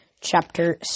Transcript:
chapter